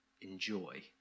enjoy